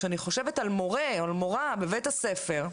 כאשר אני חושבת על מורה או מורה בבית הספר,